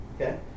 Okay